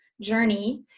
journey